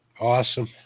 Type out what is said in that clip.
awesome